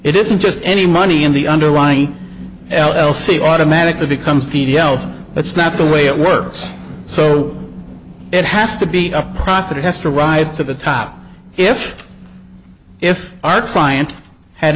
it isn't just any money in the underlying l l c automatically becomes t d l so that's not the way it works so it has to beat a profit it has to rise to the top if if our client had